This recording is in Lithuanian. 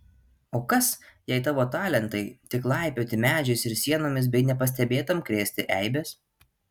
o kas jei tavo talentai tik laipioti medžiais ir sienomis bei nepastebėtam krėsti eibes